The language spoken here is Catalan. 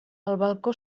balcó